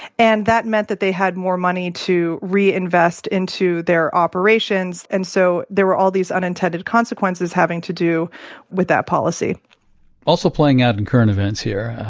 and that meant that they had more money to reinvest into their operations. and so there were all these unintended consequences having to do with that policy also playing out in current events here,